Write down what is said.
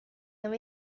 han